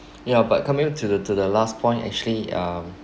ya but coming to to the to the last point actually um